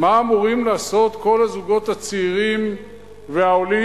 מה אמורים לעשות כל הזוגות הצעירים והעולים?